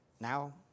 Now